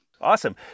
Awesome